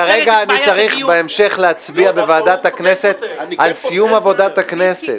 כרגע אני צריך להצביע בוועדת הכנסת על סיום עבודת הכנסת,